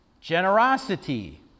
generosity